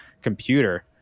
computer